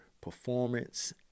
performance